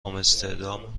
آمستردام